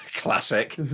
Classic